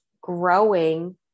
growing